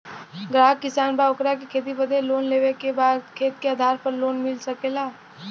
ग्राहक किसान बा ओकरा के खेती बदे लोन लेवे के बा खेत के आधार पर लोन मिल सके ला?